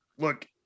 look